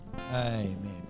Amen